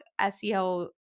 seo